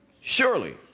surely